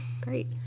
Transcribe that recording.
Great